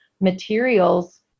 materials